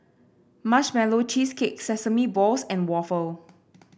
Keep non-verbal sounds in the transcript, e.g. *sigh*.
Marshmallow Cheesecake Sesame Balls and waffle *noise*